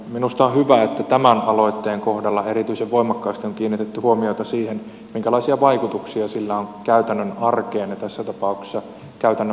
minusta on hyvä että tämän aloitteen kohdalla erityisen voimakkaasti on kiinnitetty huomiota siihen minkälaisia vaikutuksia sillä on käytännön arkeen ja tässä tapauksessa käytännön poliisityöhön